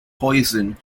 poison